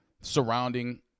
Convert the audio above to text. surrounding